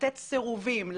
לתת סירובים,